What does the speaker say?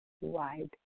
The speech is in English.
wide